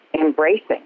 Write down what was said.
embracing